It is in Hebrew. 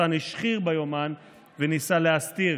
שאותן השחיר ביומן וניסה להסתיר.